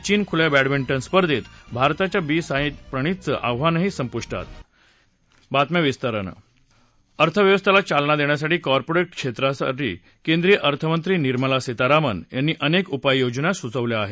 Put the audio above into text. चीन खुल्या बड्डमिंटन स्पर्धेत भारताच्या बी साईप्रणितचं आव्हानही संपुष्टात अर्थव्यवस्थेला चालना देण्यासाठी कापोरेट क्षेत्रासाठी केंद्रीय अर्थमंत्री निर्मला सीतारामन यांनी अनेक उपाययोजना सूचवल्या आहेत